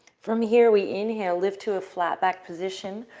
from here, we inhale. lift to a flat back position.